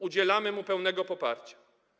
Udzielamy mu pełnego poparcia.